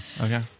Okay